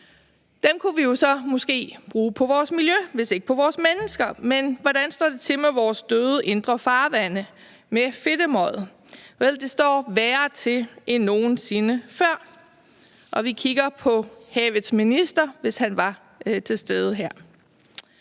vi måske så bruge på vores miljø, hvis ikke på vores mennesker, men hvordan står det til med vores døde indre farvande, med fedtemøget? Det står værre til end nogen sinde før, og vi kigger på havets minister, hvis han var til stede her.